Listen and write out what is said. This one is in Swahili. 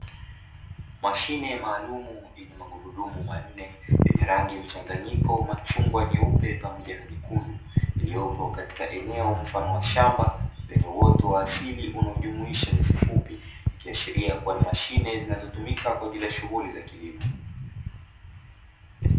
Mashine maalumu yenye magurudumu manne yenye rangi ya mchanganyiko machungwa nyeupe pamoja, iliyopo katika eneo mfano wa shamba lenye wote wa asili unajumuisha ni sifupi kiashiria kuwa ni mashine zinazotumika kwa ajili ya shughuli za kilimo.